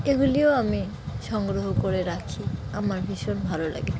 এগুলিও আমি সংগ্রহ করে রাখি আমার ভীষণ ভালো লাগে